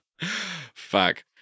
Fuck